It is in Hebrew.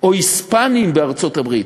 או היספנים בארצות-הברית,